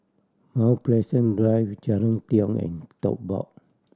Mount Pleasant Drive Jalan Tiong and Tote Board